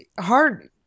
hard